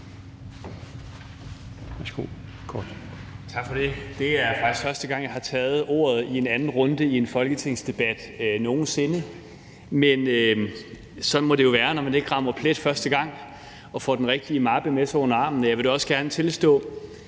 Tak for det. Det er faktisk første gang, jeg har taget ordet i en anden runde i en folketingsdebat nogen sinde, men sådan må det jo være, når man ikke rammer plet første gang og får den rigtige mappe med sig under armen. Jeg vil da også gerne tilstå,